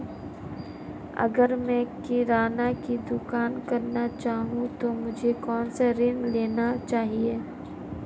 अगर मैं किराना की दुकान करना चाहता हूं तो मुझे कौनसा ऋण लेना चाहिए?